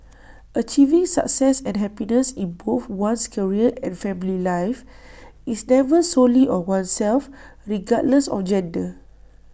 achieving success and happiness in both one's career and family life is never solely on oneself regardless of gender